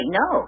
no